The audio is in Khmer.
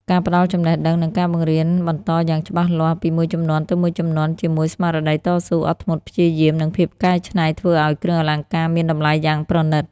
ការផ្តល់ចំណេះដឹង និងការបង្រៀនបន្តយ៉ាងច្បាស់លាស់ពីមួយជំនាន់ទៅមួយជំនាន់ជាមួយស្មារតីតស៊ូ អត់ធ្មត់ ព្យាយាម និងភាពកែច្នៃធ្វើឲ្យគ្រឿងលអង្ការមានតម្លៃយ៉ាងប្រណិត។